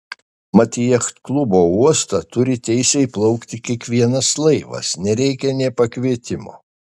mat į jachtklubo uostą turi teisę įplaukti kiekvienas laivas nereikia nė pakvietimo